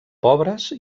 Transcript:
pobres